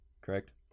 correct